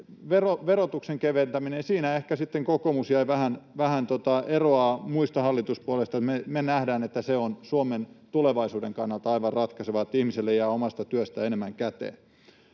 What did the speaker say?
verotuksen keventäminen, siinä ehkä sitten kokoomus vähän eroaa muista oppositiopuolueista. Me nähdään, että se on Suomen tulevaisuuden kannalta aivan ratkaisevaa, että ihmiselle jää omasta työstä enemmän käteen.